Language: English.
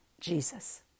jesus